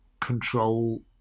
control